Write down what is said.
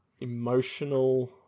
emotional